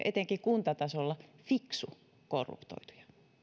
etenkin kuntatasolla fiksu korruptoituja